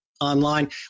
online